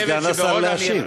תני לסגן השר להשיב.